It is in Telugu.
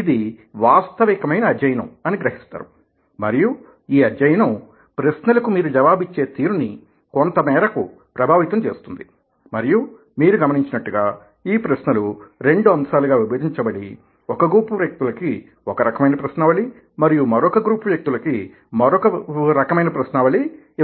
ఇది వాస్తవికమైన అధ్యయనం అని గ్రహిస్తారు మరియు ఈ అధ్యయనం ప్రశ్నలకు మీరు జవాబు ఇచ్చే తీరుని కొంతమేరకు ప్రభావితం చేస్తుంది మరియు మీరు గమనించినట్లు గా ఈ ప్రశ్నలు రెండు అంశాలుగా విభజించబడి ఒక గ్రూపు వ్యక్తులకి ఒక రకమైన ప్రశ్నావళి మరియు మరొక గ్రూపు వ్యక్తులకి మరొక రకమైన ప్రశ్నావళి ఇవ్వబడినవి